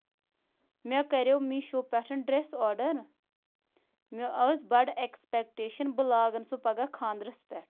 مےٚ کَریٚو میٚشوٗ پٮ۪ٹھ ڈریس آرڈر مےٚ ٲسۍ بَڑٕ ایٚکٕسپیکٹیشَن بہٕ لاگن سُہ پَگہ خاندَس پٮ۪ٹھ